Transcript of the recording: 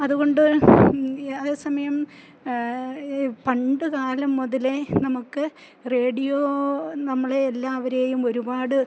അതുകൊണ്ട് അതേസമയം പണ്ടുകാലം മുതലേ നമുക്ക് റേഡിയോ നമ്മളെ എല്ലാവരെയും ഒരുപാട്